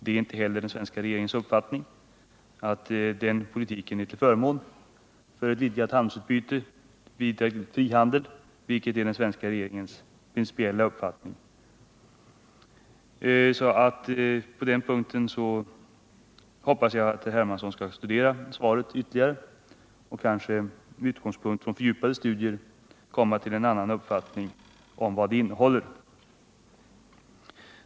Det är inte heller den svenska regeringens uppfattning att den politiken är till förmån för ett vidgat handelsutbyte och för en frihandel, vilket det är den svenska regeringens principiella uppfattning att vi skall ha. Jag hoppas därför att herr Hermansson skall studera svaret på den punkten ytterligare och vid dessa fördjupade studier komma till en annan uppfattning om vad det innehåller.